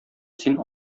син